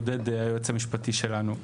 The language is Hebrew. עודד הוא היועץ המשפטי שלנו.